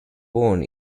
born